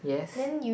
yes